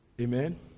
Amen